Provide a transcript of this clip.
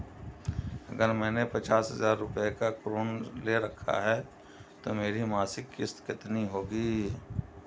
अगर मैंने पचास हज़ार रूपये का ऋण ले रखा है तो मेरी मासिक किश्त कितनी होगी?